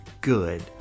good